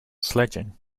sledging